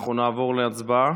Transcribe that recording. אנחנו נעבור להצבעה.